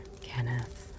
Kenneth